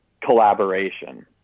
collaboration